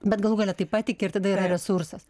bet galų gale taip patiki ir tada yra resursas